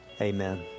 Amen